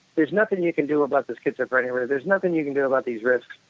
there's nothing you can do about the schizophrenia or there's nothing you can do about these risks.